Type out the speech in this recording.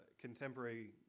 contemporary